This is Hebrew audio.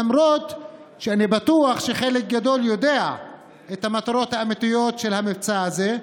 למרות שאני בטוח שחלק גדול יודעים את המטרות האמיתיות של המבצע הזה,